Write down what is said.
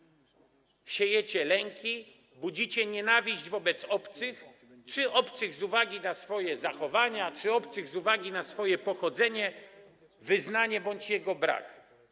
Siejecie lęki, budzicie nienawiść wobec obcych, obcych z uwagi na swoje zachowania, obcych z uwagi na swoje pochodzenie, wyznanie bądź jego brak.